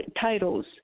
titles